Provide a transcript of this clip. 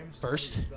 first